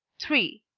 three.